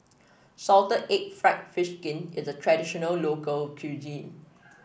Salted Egg fried fish skin is a traditional local cuisine